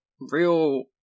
real